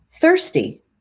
thirsty